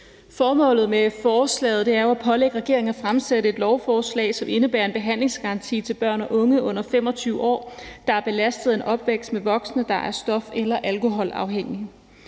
Formålet med forslaget er jo at pålægge regeringen at fremsætte et lovforslag, som indebærer en behandlingsgaranti til børn og unge under 25 år, der er belastet af en opvækst med voksne, der er stof- eller alkoholafhængige.